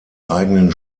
eigenen